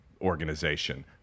organization